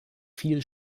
viel